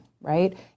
right